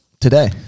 today